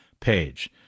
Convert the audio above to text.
page